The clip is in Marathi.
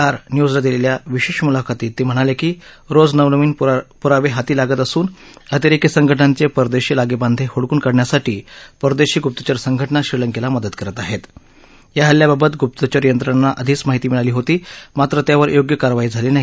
आर न्यूजला दिलेल्या विशेष मुलाखतीत ते म्हणाले की रोज नवनवीन पुरावे हाती लागत असून अतिरेकी संघटनांचे परदेशी लागेबांधे हुडकून काढण्यासाठी परदेशी गुप्तचर संघटना श्रीलंकेला मदत करत आहेत या हल्ल्याबाबत गुप्तचर यंत्रणांना आधीच माहिती मिळाली होती मात्र त्यावर योग्य कारवाई झाली नाही